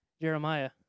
Jeremiah